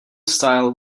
style